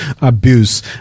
Abuse